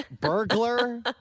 burglar